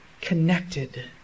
connected